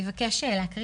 אבקש לקרוא